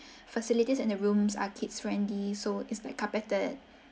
facilities in the rooms are kids friendly so it's like carpeted